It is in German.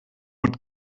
mit